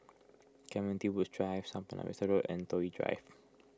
Clementi Woods Park South Buona Vista Road and Toh Yi Drive